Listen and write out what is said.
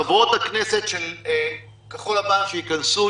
חברות הכנסת של כחול לבן שייכנסו,